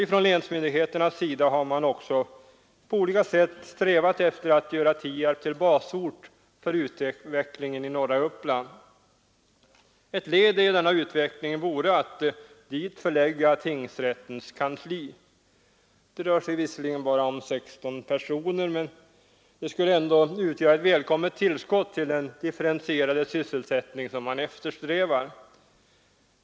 Från länsmyndighetens sida har man också på olika sätt strävat efter att göra Tierp till basort för utvecklingen i norra Uppland. Ett led i denna utveckling vore att dit förlägga tingsrättens kansli. Det rör sig visserligen bara om 16 personer, men det skulle ändå utgöra ett välkommet tillskott till den differentierade sysselsättning som man eftersträvar.